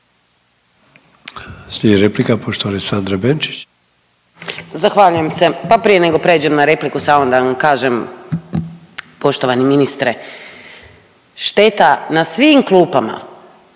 Sandre Benčić. **Benčić, Sandra (Možemo!)** Zahvaljujem se. Pa prije nego prijeđem na repliku samo da vam kažem poštovani ministre, šteta na svim klupama,